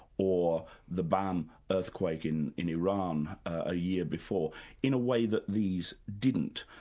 or the bam earthquake in in iran a year before in a way that these didn't.